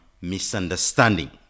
misunderstanding